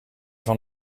van